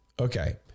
Okay